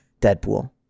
Deadpool